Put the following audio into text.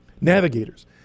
Navigators